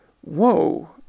whoa